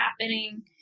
happening